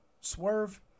Swerve